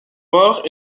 morts